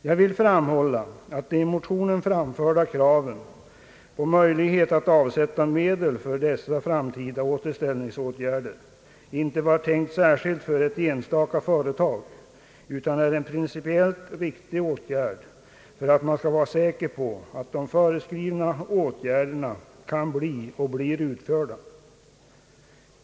Jag vill framhålla att de i motionen framförda kraven på möjlighet att avsätta medel för framtida återställningsåtgärder inte var tänkta särskilt för ett enstaka företag utan avsåg en principiellt riktig åtgärd för att man skall vara säker på att de föreskrivna åtgärderna kan bli och blir utförda.